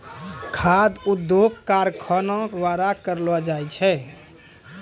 खाद्य उद्योग कारखानो द्वारा करलो जाय छै